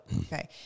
Okay